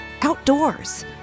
outdoors